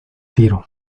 tiro